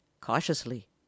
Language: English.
cautiously